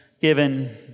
given